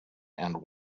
and